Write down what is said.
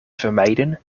vermijden